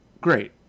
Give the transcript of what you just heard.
Great